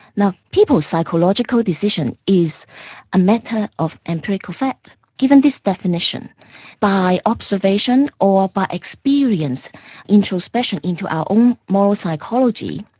now people's psychological decision is a matter of empirical fact. given this definition by observation or by experiencing introspection into our own moral psychology,